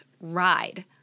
ride